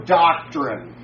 doctrine